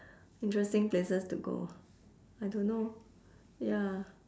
interesting places to go I don't know ya